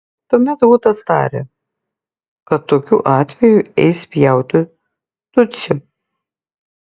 tuomet hutas tarė kad tokiu atveju eis pjauti tutsio